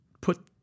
put